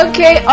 Okay